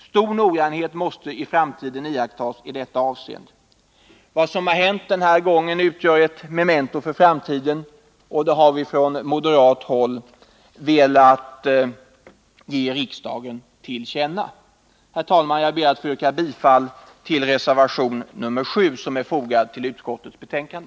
Stor noggrannhet måste i framtiden iakttas i detta avseende. Vad som har hänt den här gången utgör ett memento för framtiden, vilket vi från moderat håll har velat ge riksdagen till känna. Herr talman! Jag ber att få yrka bifall till reservation nr 7 i utskottets betänkande.